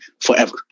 forever